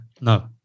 No